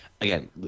again